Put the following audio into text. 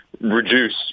reduce